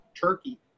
Turkey